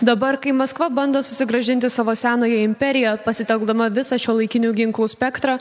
dabar kai maskva bando susigrąžinti savo senąją imperiją pasitelkdama visą šiuolaikinių ginklų spektrą